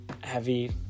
heavy